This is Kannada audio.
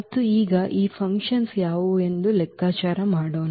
ಮತ್ತು ಈಗ ಈ ಯಾವುವು ಎಂದು ಲೆಕ್ಕಾಚಾರ ಮಾಡೋಣ